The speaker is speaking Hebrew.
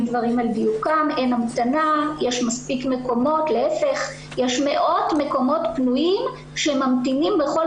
יש מאות מקומות פנויים שממתינים בכל